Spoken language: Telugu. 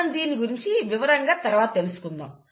మనం దీని గురించి వివరంగా తర్వాత తెలుసుకుందాం